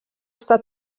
està